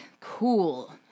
cool